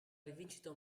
rivincita